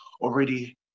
already